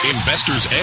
Investor's